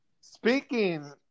Speaking